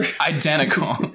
identical